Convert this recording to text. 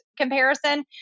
comparison